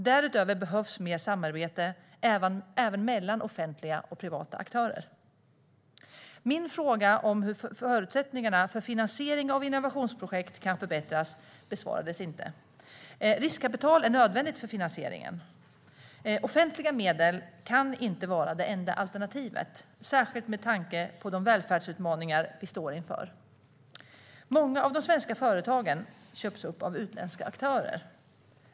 Därutöver behövs det mer samarbete även mellan offentliga och privata aktörer. Min fråga om hur förutsättningarna för finansiering av innovationsprojekt kan förbättras besvarades inte. Riskkapital är nödvändigt för finansieringen. Offentliga medel kan inte vara det enda alternativet, särskilt med tanke på de välfärdsutmaningar som vi står inför. Många av de svenska företagen köps upp av utländska aktörer.